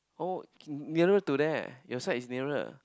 oh nearer to there your side is nearer